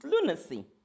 lunacy